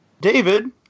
David